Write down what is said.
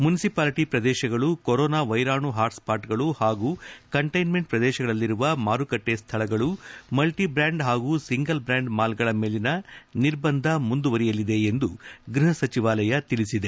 municipality ಪ್ರದೇಶಗಳು corona ವೈರಾಣು ಹಾಟ್ಸ್ಪಾಟ್ಗಳು ಹಾಗೂ ಕಂಟೇನ್ಮೆಂಟ್ ಪ್ರದೇಶಗಳಲ್ಲಿರುವ ಮಾರುಕಟ್ಟೆ ಸ್ಥಳಗಳು ಮಲ್ಟಿಬ್ಯಾಂಡ್ ಹಾಗೂ ಸಿಂಗಲ್ ಬ್ರ್ಯಾಂಡ್ ಮಾಲ್ಗಳ ಮೇಲಿನ ನಿರ್ಬಂಧ ಮುಂದುವರೆಯಲಿದೆ ಎಂದು ಗ್ರಪ ಸಚಿವಾಲಯ ತಿಳಿಸಿದೆ